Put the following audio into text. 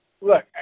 Look